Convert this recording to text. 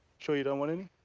sure you don't want any?